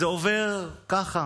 זה עובר ככה